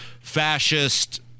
fascist